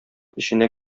эченә